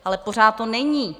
Ale pořád to není.